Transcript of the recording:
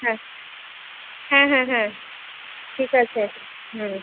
হ্যাঁ হ্যাঁ হ্যাঁ হ্যাঁ ঠিক আছে হুম